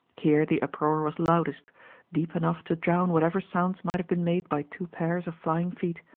here the uproar was loudest deep enough to drown whatever sounds might have been made by two pairs of flying feet.